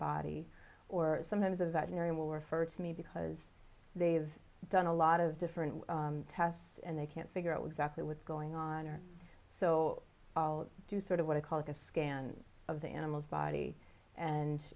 body or sometimes a veterinarian will refer to me because they've done a lot of different tests and they can't figure out exactly what's going on or so i'll do sort of what i call it a scan of the animal's body and